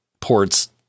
ports